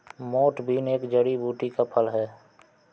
मोठ बीन एक जड़ी बूटी का फल है